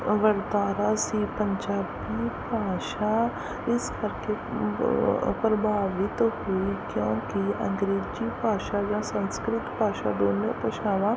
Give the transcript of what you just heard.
ਵਰਤਾਰਾ ਸੀ ਪੰਜਾਬੀ ਭਾਸ਼ਾ ਇਸ ਕਰਕੇ ਪ੍ਰਭਾਵਿਤ ਹੋਈ ਕਿਉਂਕਿ ਅੰਗਰੇਜ਼ੀ ਭਾਸ਼ਾ ਜਾਂ ਸੰਸਕ੍ਰਿਤ ਭਾਸ਼ਾ ਦੋਵੇਂ ਭਾਸ਼ਾਵਾਂ